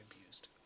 abused